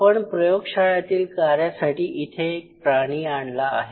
आपण प्रयोगशाळेतील कार्यासाठी इथे एक प्राणी आणला आहे